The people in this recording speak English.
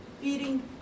feeding